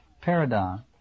paradigm